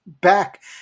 back